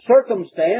circumstance